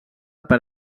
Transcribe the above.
per